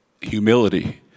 humility